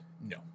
No